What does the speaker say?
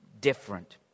different